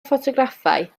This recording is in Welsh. ffotograffau